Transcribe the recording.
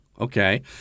Okay